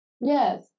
Yes